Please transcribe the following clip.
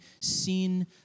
sin